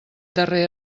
darrer